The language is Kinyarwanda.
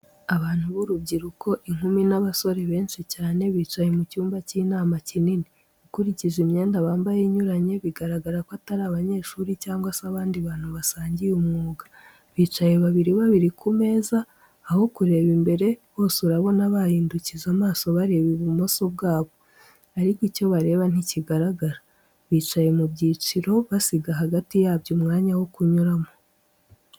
Abantu b'urubyiruko, inkumi n'abasore, benshi cyane bicaye mu cyumba cy'inama kinini. Ukurikije imyenda bambaye inyuranye, bigaragara ko atari abanyeshuri cyangwa se abandi bantu basangiye umwuga. Bicaye babiri babiri ku meza, Aho kureba imbere, bose urabona bahindukije amaso bareba ibumoso bwabo, ariko icyo bareba ntikigaragara. Bicaye mu byiciro bisiga hagati yabyo umwanya wo kunyuramo.